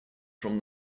from